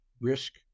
risk